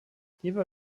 hierbei